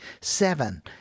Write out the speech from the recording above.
Seven